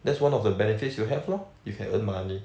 that's one of the benefits you have lor you can earn money